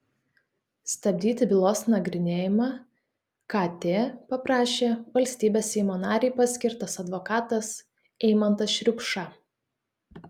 stabdyti bylos nagrinėjimą kt paprašė valstybės seimo narei paskirtas advokatas eimantas šriupša